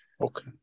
okay